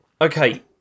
okay